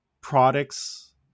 products